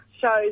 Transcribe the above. shows